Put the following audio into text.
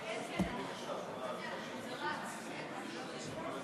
חוק להסדרת הביטחון בגופים ציבוריים